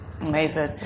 amazing